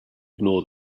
ignore